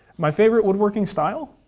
my favorite woodworking style?